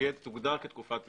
שתוגדר תקופת מבחן.